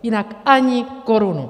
Jinak ani korunu.